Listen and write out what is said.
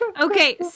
Okay